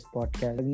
Podcast